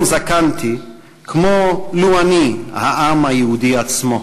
זקנתי כמו / לו אני העם היהודי עצמו".